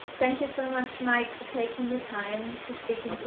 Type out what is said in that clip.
thank you so much, mike, for taking the time to speaking